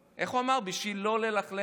בשביל לא ללכלך את ידיי,